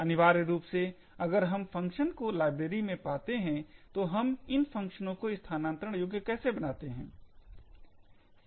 अनिवार्य रूप से अगर हम फंक्शन को लाइब्रेरी में पाते हैं तो हम इन फंक्शनो को स्थानांतरण योग कैसे बनाते हैं